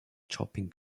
chopin